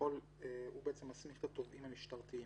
הוא זה שבעצם מסמיך את התובעים המשטרתיים.